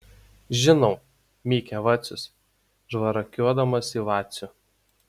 žinau mykia vacius žvairakiuodamas į vacių